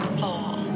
fall